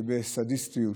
שבסדיסטיות